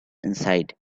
inside